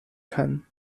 kann